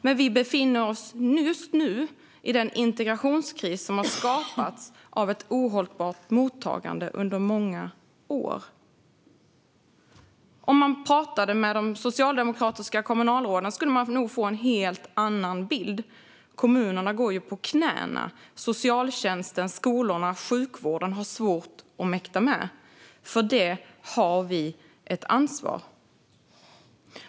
Men vi befinner oss just nu i den integrationskris som har skapats av ett ohållbart mottagande under många år. Om man pratade med de socialdemokratiska kommunalråden skulle man nog få en helt annan bild. Kommunerna går ju på knäna. Socialtjänsten, skolorna och sjukvården har svårt att mäkta med. För detta har vi ett ansvar.